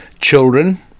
children